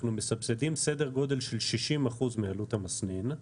אנחנו מסבסדים כ-60% מעלות המסנן,